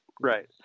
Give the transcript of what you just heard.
right